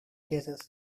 cases